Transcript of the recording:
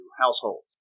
households